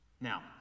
now